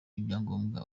ibyangombwa